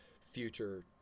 future